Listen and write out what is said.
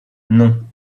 non